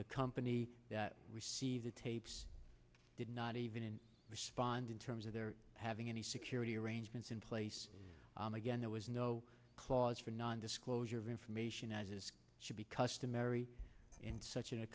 the company we see the tapes did not even respond in terms of their having any security arrangements in place again there was no clause for non disclosure of information as it should be customary in such a